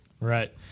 Right